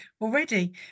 already